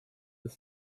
ist